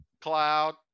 Cloud